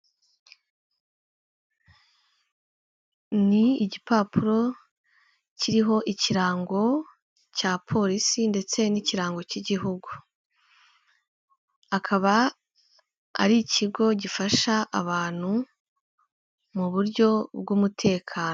Ni igipapuro kiriho ikirango cya polisi ndetse n'ikirango cy'igihugu, akaba ari ikigo gifasha abantu mu buryo bw'umutekano.